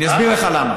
אני אסביר לך למה.